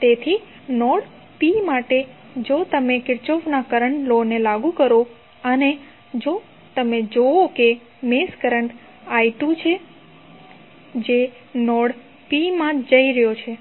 તેથી node P માટે જો તમે કિર્ચોફના કરંટ લૉ ને લાગુ કરો અને જો તમે જોશો કે મેશ કરન્ટ i2 છે જે નોડ P માં જઈ રહ્યો છે